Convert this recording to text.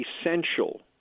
essential